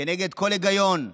כנגד כל היגיון,